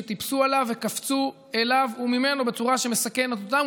שטיפסו עליו וקפצו אליו וממנו בצורה שמסכנת אותם,